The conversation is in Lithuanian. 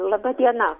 laba diena